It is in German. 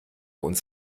uns